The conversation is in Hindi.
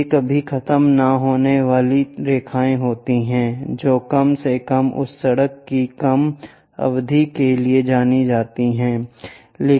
ये कभी खत्म न होने वाली रेखाएँ होती हैं जो कम से कम उस सड़क की कम अवधि के लिए जानी चाहिए थीं